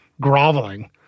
groveling